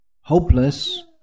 hopeless